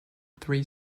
three